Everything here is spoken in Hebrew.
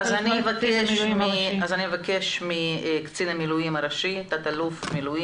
אני אבקש מקצין מילואים ראשי תא"ל במיל.